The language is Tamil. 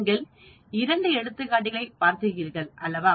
நீங்கள் இரண்டு எடுத்துக்காட்டுகளைப் பார்த்தீர்களா